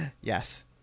yes